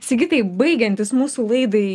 sigitai baigiantis mūsų laidai